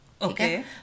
Okay